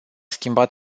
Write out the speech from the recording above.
schimbat